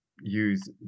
use